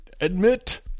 admit